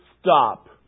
stop